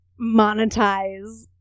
monetize